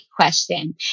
question